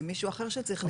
הם מישהו אחר שצריך להיכנס.